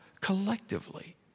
collectively